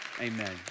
Amen